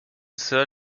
sir